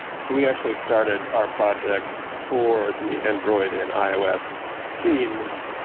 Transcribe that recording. so, we actually started our project for the android and ios teams.